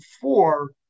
four